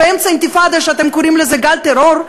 באמצע אינתיפאדה שאתם קוראים לה גל טרור,